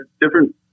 different